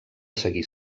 seguir